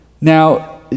Now